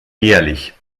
jährlich